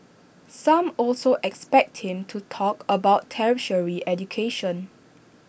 some also expect him to talk about tertiary education